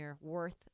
worth